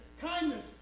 kindness